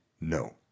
no